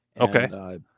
Okay